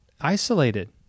Isolated